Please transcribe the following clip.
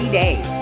days